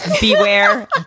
Beware